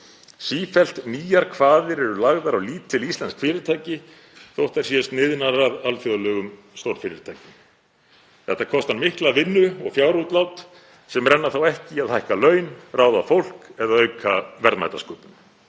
Sífellt nýjar kvaðir eru lagðar á lítil íslensk fyrirtæki þótt þær séu sniðnar að alþjóðlegum stórfyrirtækjum. Þetta kostar mikla vinnu og fjárútlát sem renna þá ekki í að hækka laun og ráða fólk eða auka verðmætasköpun.